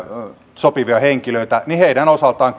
sopivia henkilöitä heidän osaltaan